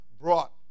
brought